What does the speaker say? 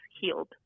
healed